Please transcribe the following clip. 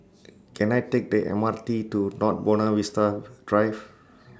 Can I Take The M R T to North Buona Vista Drive